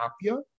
happier